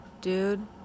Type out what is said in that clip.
Dude